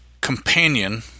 companion